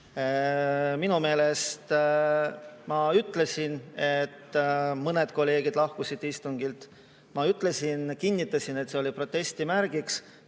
Minu meelest ma ütlesin, et mõned kolleegid lahkusid istungilt. Ma kinnitasin, et see oli protesti märgiks.